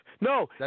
No